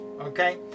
Okay